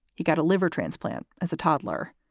he got a liver transplant as a toddler.